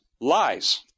lies